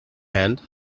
hand